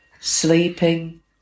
Sleeping